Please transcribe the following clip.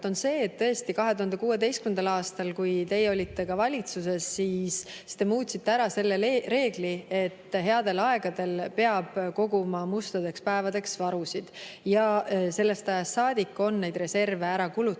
on see, et tõesti, 2016. aastal, kui ka teie olite valitsuses, te muutsite ära selle reegli, et headel aegadel peab koguma mustadeks päevadeks varusid, ja sellest ajast saadik on neid reserve ära kulutatud.